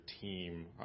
team